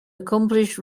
accomplished